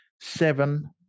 seven